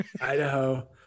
Idaho